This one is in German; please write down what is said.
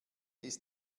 ist